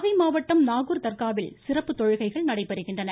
நாகை மாவட்டம் நாகூர் தர்காவில் சிறப்பு தொழுமைகள் நடைபெறுகின்றன